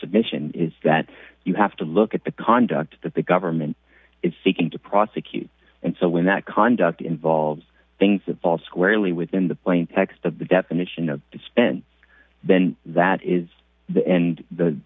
submission is that you have to look at the conduct that the government is seeking to prosecute and so when that conduct involves things that fall squarely within the plain text of the definition of spin then that is the end the